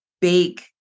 big